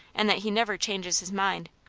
and that he never changes his mind.